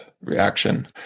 reaction